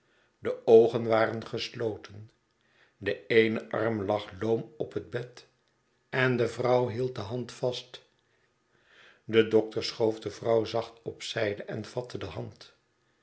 de oogen waren gesloten de eene arm lag loom op het bed en de vrouw hield die hand vast de dokter schoof de vrouw zacht op zijde en vatte de hand